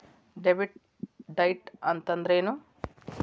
Debit diet ಅಂತಂದ್ರೇನು?